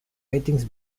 ratings